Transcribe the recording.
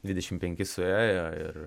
dvidešimt penki suėjo ir